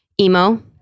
Emo